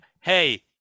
hey